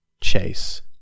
Chase